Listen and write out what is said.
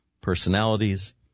personalities